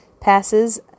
passes